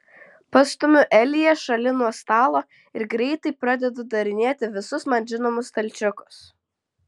pastumiu eliją šalin nuo stalo ir greitai pradedu darinėti visus man žinomus stalčiukus